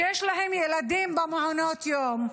שיש להם ילדים במעונות יום,